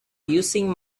using